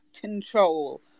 control